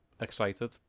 excited